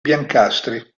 biancastri